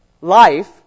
life